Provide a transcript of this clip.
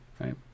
Right